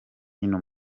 hino